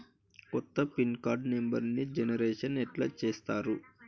కొత్త PIN card నెంబర్ని generation ఎట్లా చేత్తరు?